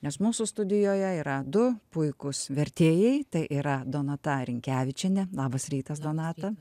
nes mūsų studijoje yra du puikūs vertėjai tai yra donata rinkevičienė labas rytas donata